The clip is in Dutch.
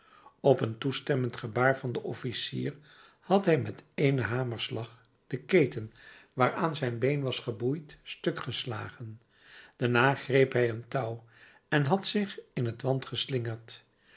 op een toestemmend gebaar van den officier had hij met éénen hamerslag de keten waaraan zijn been was geboeid stuk geslagen daarna greep hij een touw en had zich in t want geslingerd